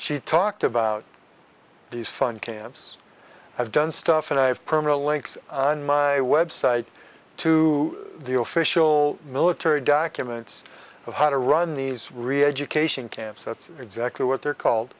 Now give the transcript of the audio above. she talked about these fun camps have done stuff and i have permanent links on my website to the official military documents of how to run these reeducation camps that's exactly what they're called